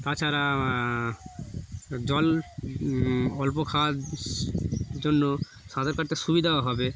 তাছাড়া জল অল্প খাওয়ার জন্য সাঁতার কাটতে সুবিধাও হবে